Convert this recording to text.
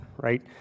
right